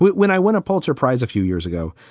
when i won a pulitzer prize a few years ago,